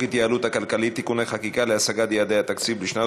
ההתייעלות הכלכלית (תיקוני חקיקה להשגת יעדי התקציב לשנות